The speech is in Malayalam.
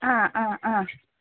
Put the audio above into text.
ആ ആ ആ